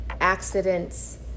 accidents